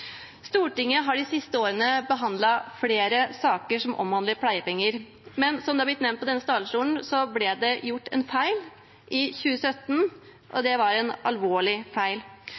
Stortinget har de siste årene behandlet flere saker som omhandler pleiepenger, men som det har blitt nevnt på denne talerstolen, ble det gjort en feil i 2017, og det var en alvorlig feil.